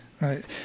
right